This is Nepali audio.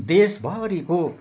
देशभरिको